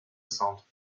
centre